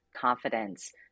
confidence